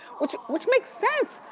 which which makes sense.